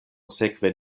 sekve